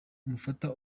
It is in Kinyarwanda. mufata